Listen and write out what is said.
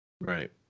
Right